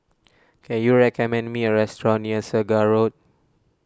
can you recommend me a restaurant near Segar Road